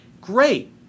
great